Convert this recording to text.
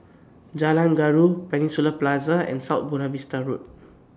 Jalan Gaharu Peninsula Plaza and South Buona Vista Road